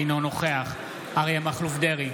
אינו נוכח אריה מכלוף דרעי,